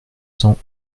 cent